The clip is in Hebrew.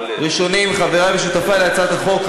ראשונים, חברי ושותפי להצעת החוק: